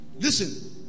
listen